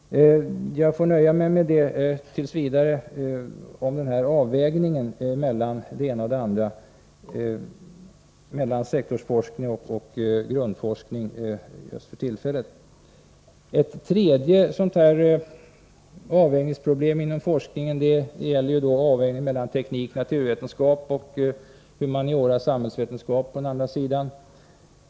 Jag får t.v. nöja mig med detta i fråga om avvägningen mellan sektorsforskning och grundforskning. Ett tredje avvägningsproblem inom forskningen gäller avvägningen mellan teknik och naturvetenskap å den ena sidan och humaniora och samhällsvetenskap å den andra.